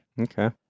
Okay